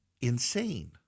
insane